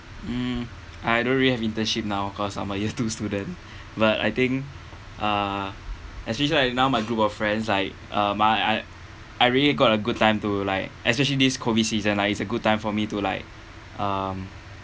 mm I don't really have internship now cause I'm a year two student but I think uh especially right now my group of friends like uh my I I really got a good time to like especially this COVID season uh it's a good time for me to like um